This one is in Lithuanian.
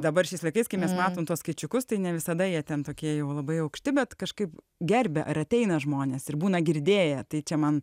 dabar šiais laikais kai mes matom tuos skaičiukus tai ne visada jie ten tokie jau labai aukšti bet kažkaip gerbia ir ateina žmonės ir būna girdėję tai čia man